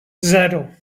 zero